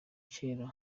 kera